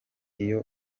iyo